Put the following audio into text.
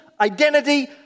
identity